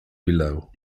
below